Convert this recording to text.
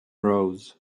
rose